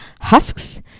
husks